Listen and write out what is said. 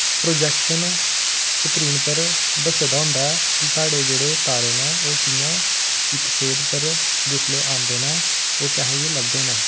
projection screen पर दस्से दा होंदा ऐ कि साढ़े जेह्ड़े तारे न ओह् कि'यां इस सेह्द पर जिसलै आंदे न ओह् कैहो जेह् लभदे न